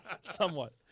Somewhat